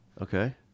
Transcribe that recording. Okay